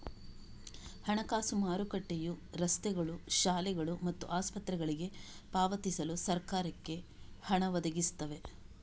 ಹಣಕಾಸು ಮಾರುಕಟ್ಟೆಯು ರಸ್ತೆಗಳು, ಶಾಲೆಗಳು ಮತ್ತು ಆಸ್ಪತ್ರೆಗಳಿಗೆ ಪಾವತಿಸಲು ಸರಕಾರಕ್ಕೆ ಹಣ ಒದಗಿಸ್ತವೆ